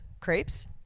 Crepes